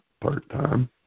part-time